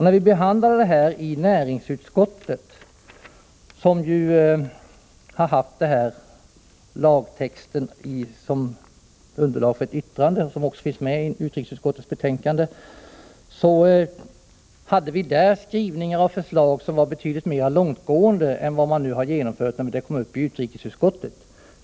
När vi behandlade frågan i näringsutskottet, som ju har haft lagtexten som underlag för ett yttrande vilket också finns med i utrikesutskottets betänkande, hade vi skrivningar och förslag som var betydligt mera långtgående än vad man nu har åstadkommit i utrikesutskottet.